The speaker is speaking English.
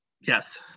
Yes